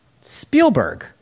Spielberg